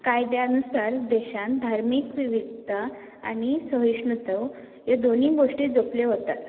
कायद्यानुसार देशांत धार्मीक विविधता आनी सहिष्णुता ह्यो दोनूय गोश्टी जोपल्यो वतात